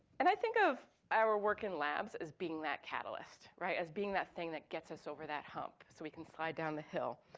and i think of our work in labs as being that catalyst, as being that thing that gets us over that hump so we can slide down the hill.